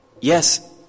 Yes